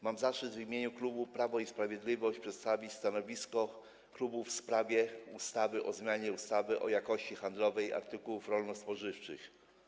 Mam zaszczyt w imieniu klubu Prawo i Sprawiedliwość przedstawić stanowisko klubu w sprawie projektu ustawy o zmianie ustawy o jakości handlowej artykułów rolno-spożywczych.